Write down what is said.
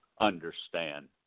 understand